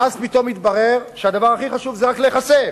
ואז פתאום התברר שהדבר הכי חשוב זה רק להיחשף,